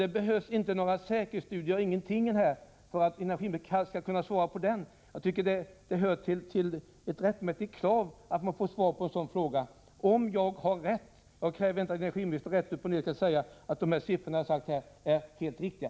Det behövs inte några säkerhetsstudier, och ingenting annat heller, för att energiministern skall kunna svara på den frågan. Det är ett rättmätigt krav att energiministern svarar på den frågan. Jag kräver inte att energiministern utan vidare skall säga att de siffror som jag här nämnt är helt riktiga.